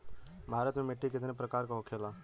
भारत में मिट्टी कितने प्रकार का होखे ला?